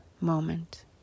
moment